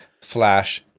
slash